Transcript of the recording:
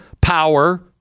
power